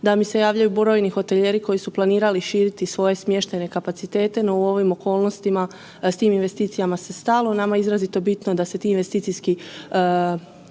da mi se javljaju brojni hotelijeri koji su planirali širiti svoje smještajne kapacitete, no u ovim okolnostima s tim investicijama se stalo, nama je izrazito bitno da se ti investicijski